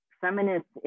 feminists